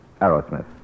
Arrowsmith